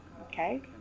Okay